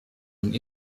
und